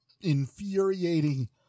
infuriating